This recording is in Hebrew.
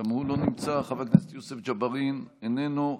גם הוא לא נמצא, חבר הכנסת יוסף ג'בארין, איננו.